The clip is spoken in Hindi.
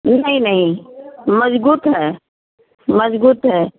नहीं नहीं मज़बूत है मज़बूत है